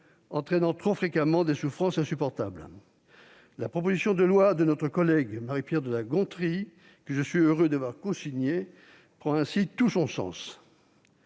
entraînant trop fréquemment des souffrances insupportables. La proposition de loi de notre collègue Marie-Pierre de La Gontrie, que je suis heureux d'avoir cosignée, prend ainsi tout son sens.